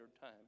time